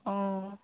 অঁ